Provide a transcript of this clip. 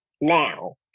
now